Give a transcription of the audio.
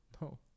No